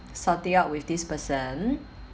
sort it out with this person